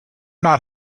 not